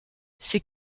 ces